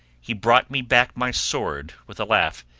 he brought me back my sword with a laugh,